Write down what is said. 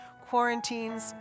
quarantines